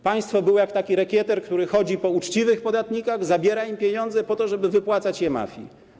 Państwo było jak taki rekieter, który chodzi po uczciwych podatnikach, zabiera im pieniądze, po to żeby opłacać się mafii.